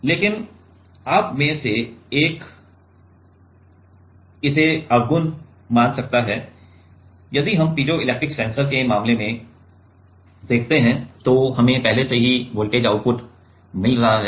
लेकिन आप में से एक इसे अवगुण मान सकता है यदि हम पीजोइलेक्ट्रिक सेंसर के मामले में देखते हैं तो हमें पहले से ही वोल्टेज आउटपुट मिल रहा है